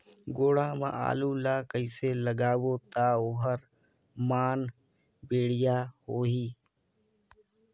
गोडा मा आलू ला कइसे लगाबो ता ओहार मान बेडिया होही?